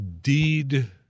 deed